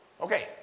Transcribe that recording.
Okay